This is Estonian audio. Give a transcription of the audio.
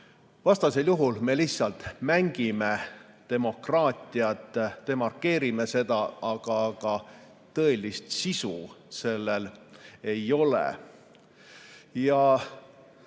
Vastasel juhul me lihtsalt mängime demokraatiat, demarkeerime seda, aga tõelist sisu sellel ei ole.